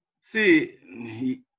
See